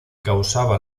causaba